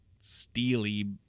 steely